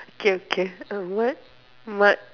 okay okay uh what what